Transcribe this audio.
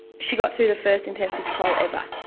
she got through the first intensive parole ever,